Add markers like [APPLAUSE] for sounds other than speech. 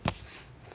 [NOISE]